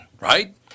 right